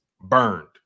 Burned